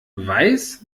weiß